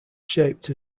shaped